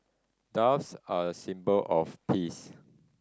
doves are a symbol of peace